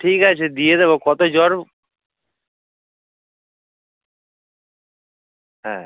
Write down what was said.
ঠিক আছে দিয়ে দেবো কত জ্বর হ্যাঁ